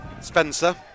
Spencer